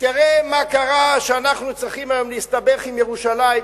תראה מה קרה שאנחנו צריכים היום להסתבך עם ירושלים,